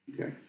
Okay